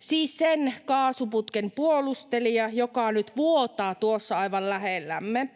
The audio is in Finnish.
siis sen kaasuputken puolustelija, joka nyt vuotaa tuossa aivan lähellämme.